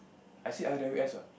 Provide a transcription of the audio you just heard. I say r_w_s what